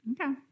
Okay